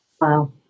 Wow